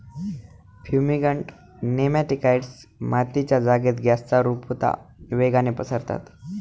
fumigant nematicides मातीच्या जागेत गॅसच्या रुपता वेगाने पसरतात